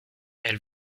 elle